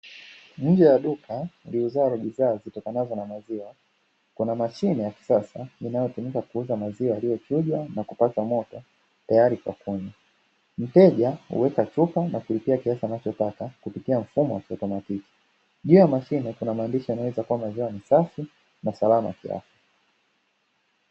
Nje ya duka liuzalo bidhaa zitokanazo na maziwa, kuna mashine ya kisasa inayotumika kuuza maziwa yaliyochujwa na kupashwa moto, tayari kwa kunywa. Mteja huweka chupa na kulipia kiasi anachotaka kupitia mfumo wa kiotomatiki. Juu ya mashine kuna maandishi yanayoeleza kuwa maziwa ni safi na salama kiafya.